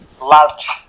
large